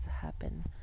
happen